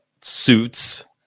suits